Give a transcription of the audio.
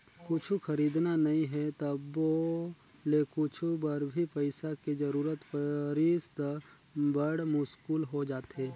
कुछु खरीदना नइ हे तभो ले कुछु बर भी पइसा के जरूरत परिस त बड़ मुस्कुल हो जाथे